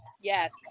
Yes